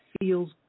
feels